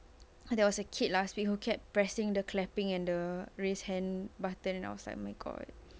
there was a kid last week who kept pressing the clapping and the raise hand button and I was like oh my god